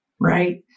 Right